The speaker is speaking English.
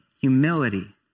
Humility